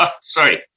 Sorry